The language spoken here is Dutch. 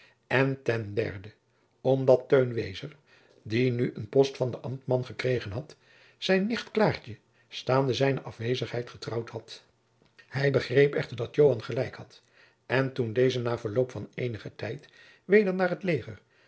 en ten derde omdat teun wezer jacob van lennep de pleegzoon die nu een post van den ambtman gekregen had zijne nicht klaartje staande zijne afwezigheid getrouwd had hij begreep echter dat joan gelijk had en toen deze na verloop van eenigen tijd weder naar het leger